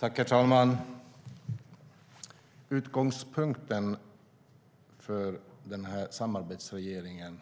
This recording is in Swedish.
Herr talman! Utgångspunkten för samarbetsregeringen